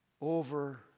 over